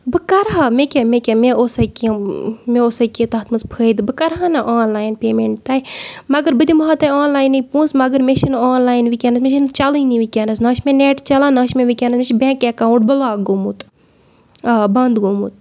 بہٕ کرٕ ہا مےٚ کیاہ مےٚ کیاہ مےٚ اوسا کیٚنہہ مےٚ اوسا نہٕ تَتھ منٛز کیٚنہہ فٲیِدٕ بہٕ کرٕ ہا نہٕ آن لاین پیمینٹ تۄہہِ مَگر بہٕ دِمہا تۄہہِ آن لاینے پونسہٕ مَگر مےٚ چھُ نہٕ آن لاین وٕنکینس مےٚ چھُ نہٕ چلٲنی ؤنکینس نہ چھُ مےٚ نیٹ چلان نہ چھُ مےٚ ؤکینس مےٚ چھُ بینک ایکاوُنٹ بٔلاک گومُت آ بند گوٚمُت